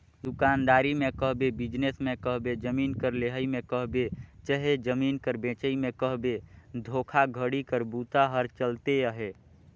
दुकानदारी में कहबे, बिजनेस में कहबे, जमीन कर लेहई में कहबे चहे जमीन कर बेंचई में कहबे धोखाघड़ी कर बूता हर चलते अहे